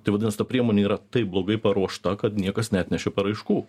tai vadinasi ta priemonė yra taip blogai paruošta kad niekas neatnešė paraiškų